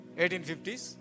1850s